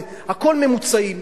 הכול ממוצעים.